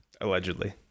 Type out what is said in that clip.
Allegedly